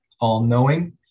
all-knowing